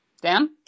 Dan